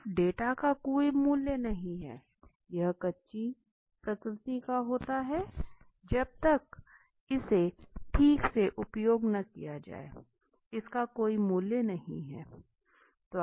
सिर्फ डाटा का कोई मूल्य नहीं है यह कच्ची प्रकृति का होता है जब तक इसे ठीक से उपयोग न किया जाये इसका कोई मूल्य नहीं है